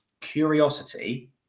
Curiosity